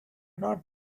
not